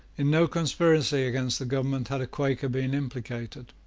in no conspiracy against the government had a quaker been implicated.